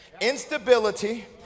instability